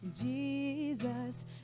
jesus